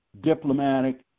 diplomatic